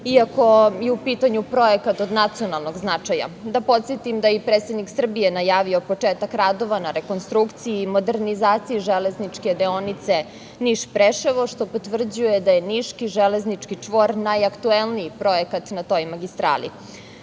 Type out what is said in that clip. iako je u pitanju projekat od nacionalnog značaja. Da podsetim da je i predsednik Srbije najavio početak radova na rekonstrukciji i modernizacije železničke deonice Niš – Preševo, što potvrđuje da je Niški železnički čvor najaktuelniji projekat na toj magistrali. Završetak